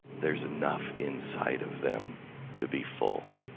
there's enough inside of them to be full.